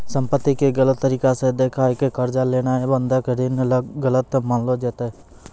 संपत्ति के गलत तरिका से देखाय के कर्जा लेनाय बंधक ऋण गलत मानलो जैतै